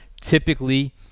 Typically